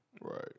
Right